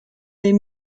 les